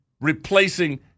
replacing